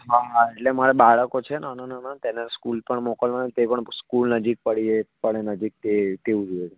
હા એટલે મારે બાળકો છે નાનાં નાનાં તેને સ્કૂલ પણ મોકલવાનાં તે પણ સ્કૂલ નજીક પડીએ પડે નજીક તે તેવું જોઈએ